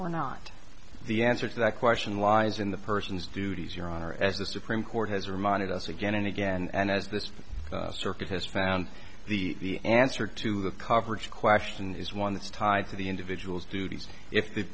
or not the answer to that question lies in the person's duties your honor as the supreme court has reminded us again and again and as this circuit has found the answer to the coverage question is one that is tied to the individual's duties if th